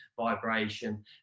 vibration